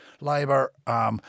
Labour